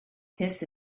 this